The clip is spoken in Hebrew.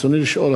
רצוני לשאול: